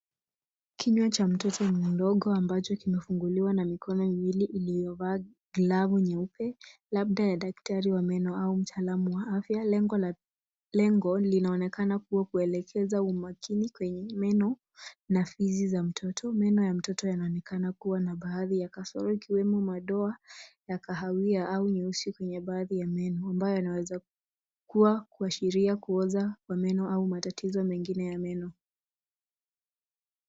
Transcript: Kinywa cha mtoto mdogo ambacho kinafunguliwa na mikono miwili iliovaa glavu nyeupe labda ya daktari au mtaalamu wa afya, lengo linaonekana kuwa kuelekeza umakini kwenye meno na fizi za mtoto. Meno ya mtoto yanaonekana kuwa na baadhi ya kasoro ikiwemo madoa ya kahawia au nyeusi kwenye baadhi ya meno ambayo yanaweza kuwa kuashiria kuoza ya meno au matatizo mengine ya meno.